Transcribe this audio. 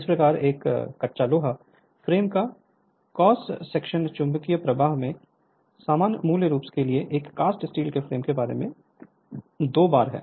इस प्रकार एक कच्चा लोहा फ्रेम का क्रॉस सेक्शन चुंबकीय प्रवाह के समान मूल्य के लिए एक कास्ट स्टील फ्रेम के बारे में दो बार है